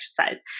exercise